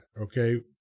Okay